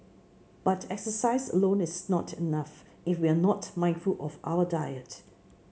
but exercise alone is not enough if we are not mindful of our diet